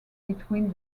between